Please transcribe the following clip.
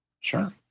Sure